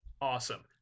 awesome